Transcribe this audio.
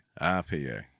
IPA